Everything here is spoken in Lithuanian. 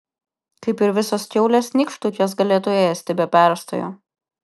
kaip ir visos kiaulės nykštukės galėtų ėsti be perstojo